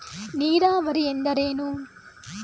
ನೀರಾವರಿ ಎಂದರೇನು?